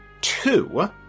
Two